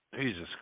Jesus